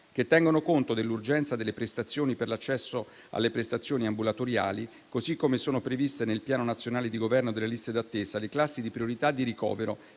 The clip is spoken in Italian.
che tengono conto dell'urgenza delle prestazioni per l'accesso alle prestazioni ambulatoriali, così come sono previste nel Piano nazionale di governo delle liste d'attesa le classi di priorità di ricovero,